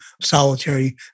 solitary